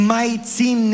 mighty